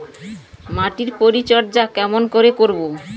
মাটির পরিচর্যা কেমন করে করব?